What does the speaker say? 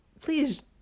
please